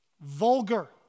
vulgar